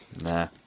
Nah